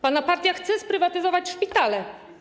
Pana partia chce sprywatyzować szpitale.